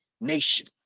nation